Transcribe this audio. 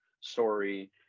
story